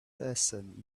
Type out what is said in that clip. person